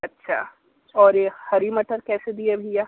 अच्छा और ये हरी मटर कैसे दिए भैया